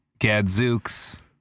Gadzooks